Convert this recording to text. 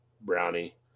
brownie